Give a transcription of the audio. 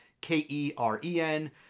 K-E-R-E-N